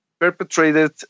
perpetrated